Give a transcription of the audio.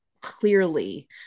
clearly